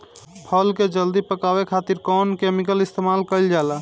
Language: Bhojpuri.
फल के जल्दी पकावे खातिर कौन केमिकल इस्तेमाल कईल जाला?